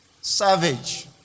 Savage